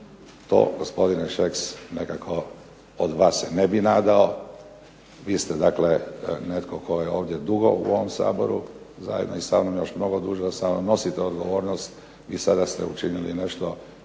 to gospodine Šeks nekako od vas se ne bih nadao. Vi ste dakle, netko tko je ovdje dugo u ovom Saboru zajedno i sa mnom još mnogo duže nosite odgovornost i sada ste učinili nešto